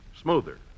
smoother